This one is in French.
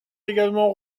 également